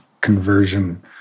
conversion